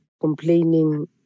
complaining